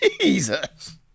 Jesus